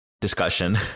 discussion